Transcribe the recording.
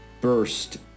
burst